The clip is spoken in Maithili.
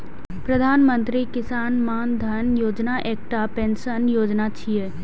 प्रधानमंत्री किसान मानधन योजना एकटा पेंशन योजना छियै